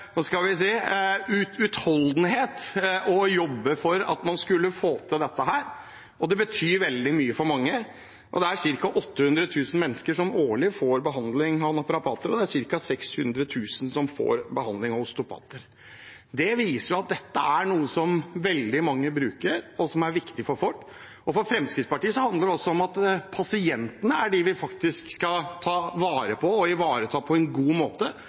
skal vi si, utholdenhet og jobbet for at man skulle få til dette. Det betyr veldig mye for mange. Det er ca. 800 000 mennesker som årlig får behandling av naprapater, og det er ca. 600 000 som får behandling av osteopater. Det viser at dette er noe som veldig mange bruker, og som er viktig for folk. For Fremskrittspartiet handler det også om at det er pasientene vi faktisk skal ta vare på og ivareta på en god måte.